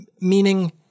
Meaning